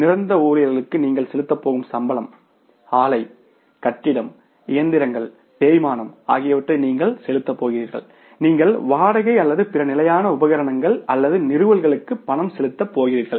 நிரந்தர ஊழியர்களுக்கு நீங்கள் செலுத்தப் போகும் சம்பளம் ஆலை கட்டிடம் இயந்திரங்கள் தேய்மானம் ஆகியவற்றை நீங்கள் செலுத்தப் போகிறீர்கள் நீங்கள் வாடகை அல்லது பிற நிலையான உபகரணங்கள் அல்லது நிறுவல்களுக்கு பணம் செலுத்தப் போகிறீர்கள்